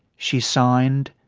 she signed,